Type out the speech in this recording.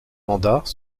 mandats